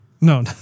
No